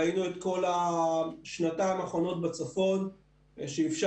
ראינו את כל השנתיים האחרונות בצפון שאפשרנו